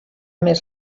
més